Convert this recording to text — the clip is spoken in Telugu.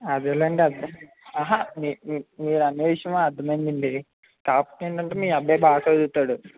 అదేలెండి అదే మీరు మీరు అనే విషయం అర్థం అయ్యింది అండి కాకపోతే ఏంటంటే మీ అబ్బాయి బాగా చదువుతాడు